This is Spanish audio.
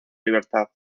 libertad